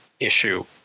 issue